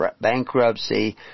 bankruptcy